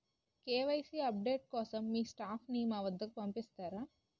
KYC update కోసం మీ staff ని మా వద్దకు పంపిస్తారా?